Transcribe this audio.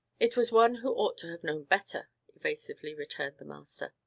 it was one who ought to have known better, evasively returned the master.